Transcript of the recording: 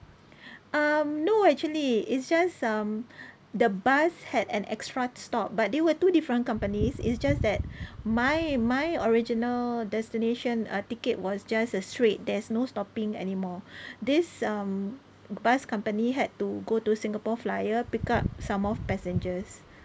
um no actually it's just um the bus had an extra stop but they were two different companies it's just that my my original destination uh ticket was just a straight there's no stopping anymore this um bus company had to go to Singapore flyer pick up some more passengers